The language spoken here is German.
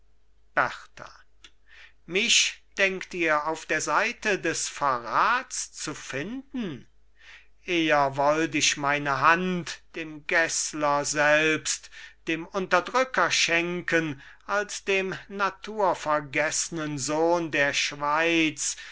berta mich denkt ihr auf der seite des verrats zu finden eher wollt ich meine hand dem gessler selbst dem unterdrücker schenken als dem naturvergessnen sohn der schweiz